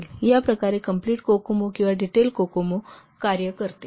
या प्रकारे complete COCOMO किंवा डिटेल कोकोमो कार्य करते